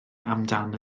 amdan